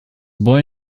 boy